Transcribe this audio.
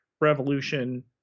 revolution